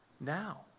now